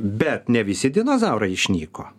bet ne visi dinozaurai išnyko